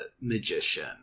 magician